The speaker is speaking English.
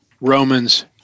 Romans